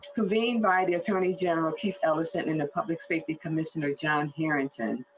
convened by the attorney general keith ellison and the public safety commissioner john harrington.